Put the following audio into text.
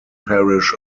parish